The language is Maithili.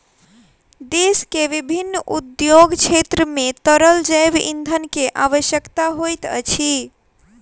देश के विभिन्न उद्योग क्षेत्र मे तरल जैव ईंधन के आवश्यकता होइत अछि